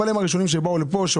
אבל הם הראשונים שבאו לפה,